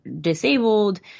disabled